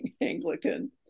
Anglican